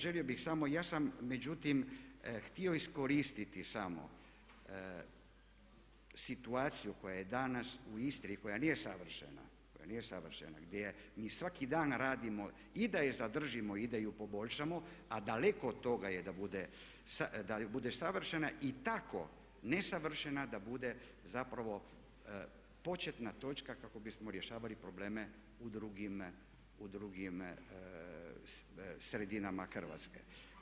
Želio bih samo, ja sam međutim htio iskoristiti samo situaciju koja je danas u Istri koja nije savršena, gdje mi svaki dan radimo i da je zadržimo i da je poboljšamo, a daleko od toga je da bude savršena i tako nesavršena da bude zapravo početna točka kako bismo rješavali probleme u drugim sredinama Hrvatske.